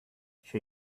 she